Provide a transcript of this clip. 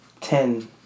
Ten